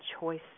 choice